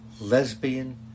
lesbian